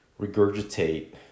regurgitate